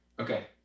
Okay